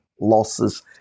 losses